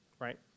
right